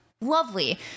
Lovely